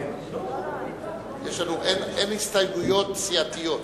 אין הסתייגויות סיעתיות.